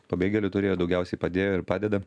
pabėgėlių turėjo daugiausiai padėjo ir padeda